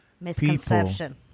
misconception